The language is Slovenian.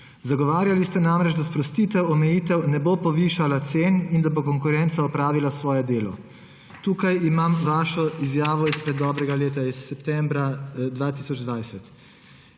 Zagovarjali ste namreč, da sprostitev omejitev ne bo povišala cen in da bo konkurenca opravila svoje delo. Tukaj imam vašo izjavo izpred dobrega leta, s septembra 2020.